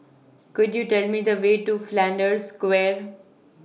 Could YOU Tell Me The Way to Flanders Square